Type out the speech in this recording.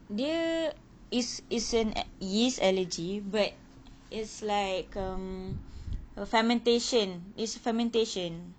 dia is is in at yeast allergy a~ it's like um err fermentation is fermentation because